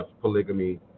polygamy